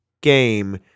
game